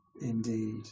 indeed